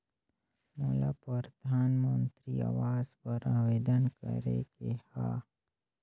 मोला परधानमंतरी आवास बर आवेदन करे के हा?